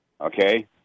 Okay